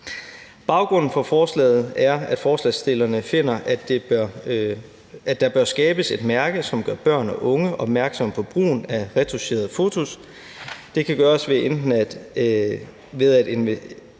Baggrunden for forslaget er, at forslagsstillerne finder, at der bør skabes et mærke, som gør børn og unge opmærksom på brugen af retoucherede fotos. Det kan gøres ved